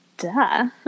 duh